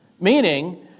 Meaning